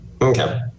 Okay